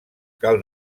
cal